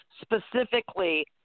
specifically